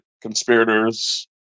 conspirators